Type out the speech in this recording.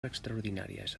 extraordinàries